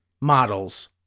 models